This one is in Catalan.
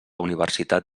universitat